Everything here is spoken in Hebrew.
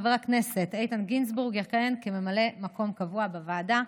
חבר הכנסת איתן גינזבורג יכהן כממלא מקום קבוע בוועדה,